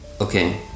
Okay